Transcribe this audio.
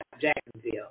Jacksonville